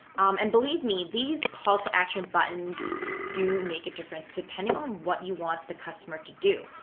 and believe me, these call to action buttons do make a difference depending on what you want the customer to do.